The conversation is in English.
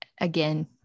again